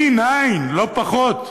D9, לא פחות,